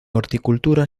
horticultura